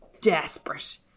desperate